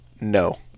No